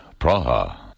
Praha